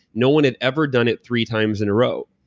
no one had ever done it three times in a row.